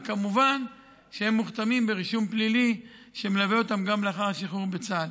וכמובן שהם מוכתמים ברישום פלילי שמלווה אותם גם לאחר השחרור מצה"ל.